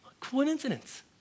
coincidence